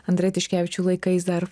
andre tiškevičių laikais dar